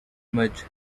much